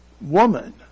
woman